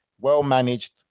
well-managed